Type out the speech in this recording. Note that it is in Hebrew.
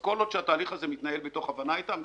כל עוד התהליך הזה מתנהל מתוך הבנה איתם,